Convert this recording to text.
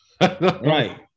Right